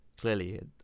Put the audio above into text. clearly